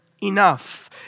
enough